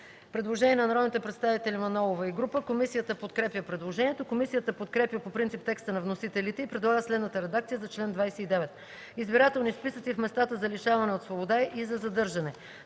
Манолова и група народни представители. Комисията подкрепя предложението. Комисията подкрепя по принцип текста на вносителите и предлага следната редакция за чл. 29: „Избирателни списъци в местата за лишаване от свобода и за задържане